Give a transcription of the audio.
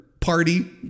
Party